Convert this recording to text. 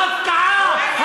ההפקעה,